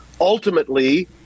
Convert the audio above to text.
Ultimately